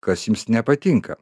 kas jums nepatinka